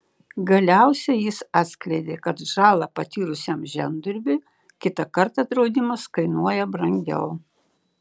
galiausiai jis atskleidė kad žalą patyrusiam žemdirbiui kitą kartą draudimas kainuoja brangiau